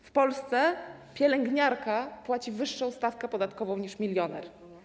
W Polsce pielęgniarka płaci wyższą stawkę podatkową niż milioner.